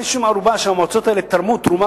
אין שום ערובה שהמועצות האלה יתרמו תרומה